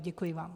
Děkuji vám.